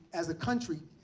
as a country,